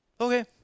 Okay